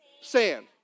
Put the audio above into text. Sand